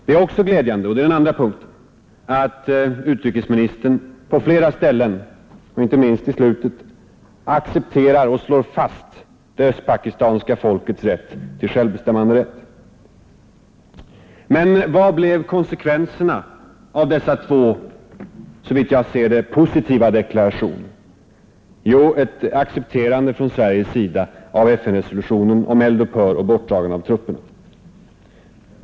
Det är också glädjande att utrikesministern på flera ställen accepterar och slår fast det östpakistanska folkets rätt till självbestämmande. Men vad blev konsekvenserna av dessa två, som jag ser det, positiva deklarationer? Jo, ett accepterande från Sveriges sida av FN-resolutionen om eld-upphör och bortdragande av trupperna.